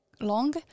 long